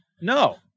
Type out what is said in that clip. No